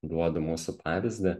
duodu mūsų pavyzdį